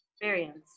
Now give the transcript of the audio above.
experience